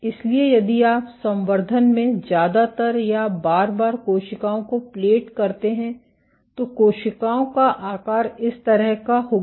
इसलिए यदि आप संवर्धन में ज्यादातर या बार बार कोशिकाओं को प्लेट करते हैं तो कोशिकाओं का आकार इस तरह का होगा